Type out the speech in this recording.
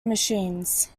machines